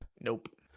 Nope